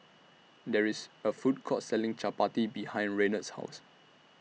There IS A Food Court Selling Chapati behind Renard's House